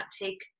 take